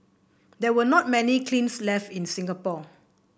there were not many kilns left in Singapore